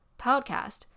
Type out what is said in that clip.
podcast